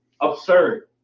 absurd